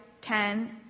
ten